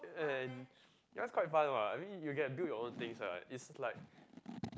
and yeah it's quite fun [what] I mean you get to build your own things [what] it's like